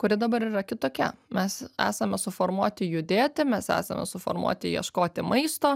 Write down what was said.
kuri dabar yra kitokia mes esame suformuoti judėti mes esame suformuoti ieškoti maisto